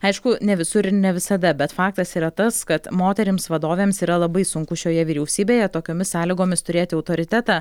aišku ne visur ir ne visada bet faktas yra tas kad moterims vadovėms yra labai sunku šioje vyriausybėje tokiomis sąlygomis turėti autoritetą